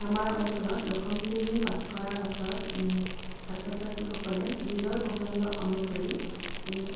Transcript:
আমাৰ অঞ্চলত দশম শ্ৰেণী পাছ কৰাৰ পাছত ছাত্ৰ ছাত্ৰীসকলে নিজৰ পচন্দ অনুসৰি ই